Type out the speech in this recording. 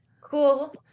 cool